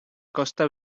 costa